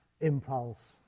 impulse